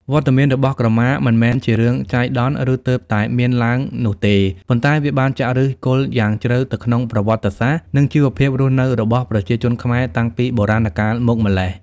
វត្តមានរបស់ក្រមាមិនមែនជារឿងចៃដន្យ ឬទើបតែមានឡើងនោះទេ ប៉ុន្តែវាបានចាក់ឫសគល់យ៉ាងជ្រៅទៅក្នុងប្រវត្តិសាស្ត្រ និងជីវភាពរស់នៅរបស់ប្រជាជនខ្មែរតាំងពីបុរាណកាលមកម្ល៉េះ។